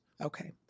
Okay